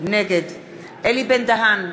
נגד אלי בן-דהן,